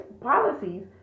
policies